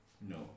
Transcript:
No